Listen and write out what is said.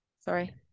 Sorry